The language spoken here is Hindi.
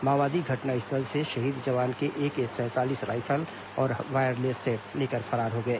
माओवादी घटनास्थल से शहीद जवान के एके सैंतालीस हथियार और वायरलेस सेट लेकर फरार हो गए